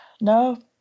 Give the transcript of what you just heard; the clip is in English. No